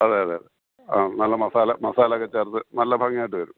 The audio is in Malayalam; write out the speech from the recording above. അതെ അതെ ആ നല്ല മസാല മസാല ഒക്കെ ചേർത്ത് നല്ല ഭംഗിയായിട്ട് തരും